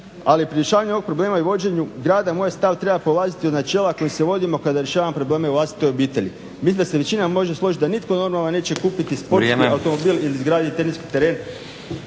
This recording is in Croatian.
ali pri rješavanju ovog problema i vođenju grada moj je stav da treba polaziti od načela kojim se vodimo kada rješavamo probleme u vlastitoj obitelji. Mislim da se većina može složiti da nitko normalan neće kupiti sportski automobili ili izgraditi teniski teren